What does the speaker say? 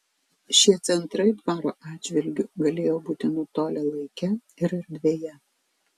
šie centrai dvaro atžvilgiu galėjo būti nutolę laike ir erdvėje